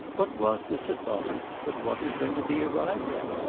what was this at bottom but what had been to be arrived at?